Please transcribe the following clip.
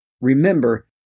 Remember